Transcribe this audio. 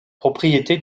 propriété